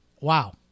Wow